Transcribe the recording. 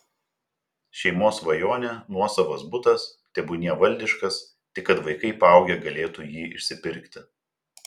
šeimos svajonė nuosavas butas tebūnie valdiškas tik kad vaikai paaugę galėtų jį išsipirkti